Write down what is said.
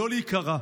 לא להיקרע.